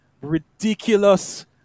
ridiculous